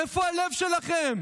איפה הלב שלכם?